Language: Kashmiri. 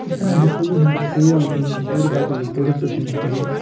یہِ چھُ کَران ڈِسٹِربوٗشن تہٕ سیل ییٚمِچ ایگریکلچرل پرٛوڈکٹٕس یِم چھِ تِہٕنٛز